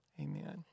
Amen